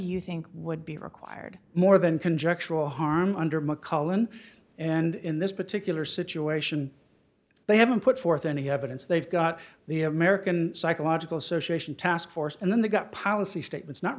you think would be required more than conjectural harm under mcmullen and in this particular situation they haven't put forth any evidence they've got the american psychological association task force and then they got policy statements not